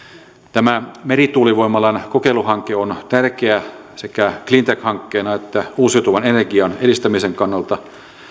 tämä merituulivoimalan kokeiluhanke on tärkeä sekä cleantech hankkeena että uusiutuvan energian edistämisen kannalta